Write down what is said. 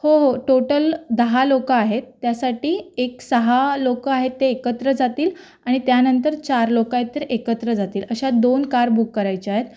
हो हो टोटल दहा लोकं आहेत त्यासाठी एक सहा लोकं आहेत ते एकत्र जातील आणि त्यानंतर चार लोकं आहेत ते एकत्र जातील अशा दोन कार बुक करायच्या आहेत